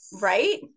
Right